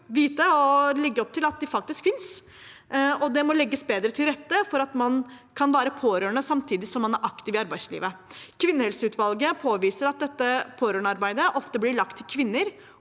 og legge opp til at de faktisk finnes, og det må legges bedre til rette for at man kan være pårørende samtidig som man er aktiv i arbeidslivet. Kvinnehelseutvalget påviser at dette pårørendearbeidet ofte blir lagt til kvinner,